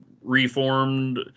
reformed